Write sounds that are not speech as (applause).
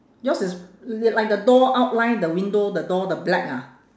yours is (noise) like the door outline the window the door the black ha